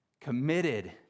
committed